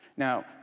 Now